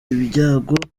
ibyago